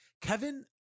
Kevin